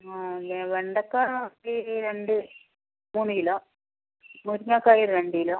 ആ അല്ലേ വെണ്ടയ്ക്ക ഈ രണ്ട് മൂന്ന് കിലോ മുരിങ്ങക്കായി ഒര് രണ്ട് കിലോ